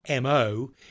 MO